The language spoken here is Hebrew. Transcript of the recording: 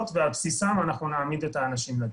ועל בסיסן אנחנו נעמיד את האנשים לדין.